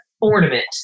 ornament